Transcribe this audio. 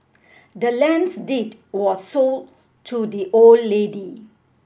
the land's deed was sold to the old lady